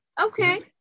okay